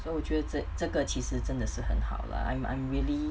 so 我觉得这个其实真的是很好 lah I'm I'm really